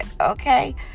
okay